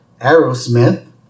Aerosmith